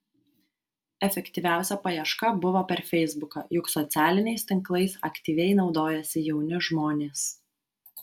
efektyviausia paieška buvo per feisbuką juk socialiniais tinklais aktyviai naudojasi jauni žmonės